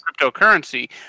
cryptocurrency